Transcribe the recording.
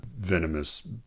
venomous